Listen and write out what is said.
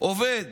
עובד,